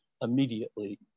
immediately